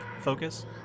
focus